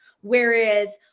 whereas